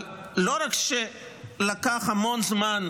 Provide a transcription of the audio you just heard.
אבל לא רק שלקח המון זמן,